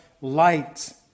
light